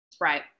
Right